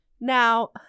Now